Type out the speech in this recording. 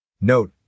Note